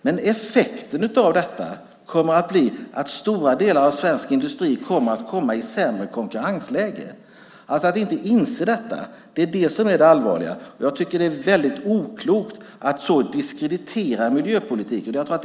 Men effekten av detta kommer att bli att stora delar av svensk industri kommer att hamna i ett sämre konkurrensläge. Att man inte inser detta är det allvarliga. Jag tycker att det är väldigt oklokt att diskreditera miljöpolitiken på det sättet.